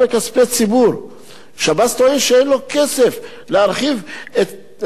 השב"ס טוען שאין לו כסף לשפר את תנאי האסיר.